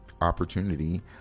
opportunity